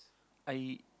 I